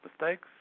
mistakes